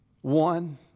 one